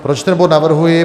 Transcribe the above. Proč ten bod navrhuji?